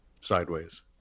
sideways